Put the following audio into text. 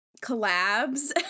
collabs